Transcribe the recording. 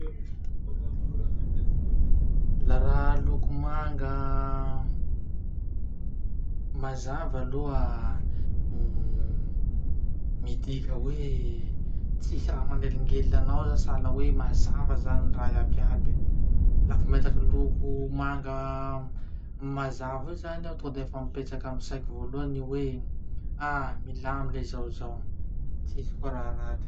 La raha lokomanga mazava aloha, midika hoe tsisy raha manelingely anao zany sahala hoe mazava zany raha iaby iaby. Laha vo mahitaky loko manga mazava io zany aho tonga defa mipetraky amy saiko voalohany ny hoe ah milamy ly zaho zao.